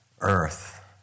earth